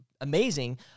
amazing